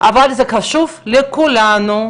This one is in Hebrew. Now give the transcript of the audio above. אבל זה חשוב לכולנו,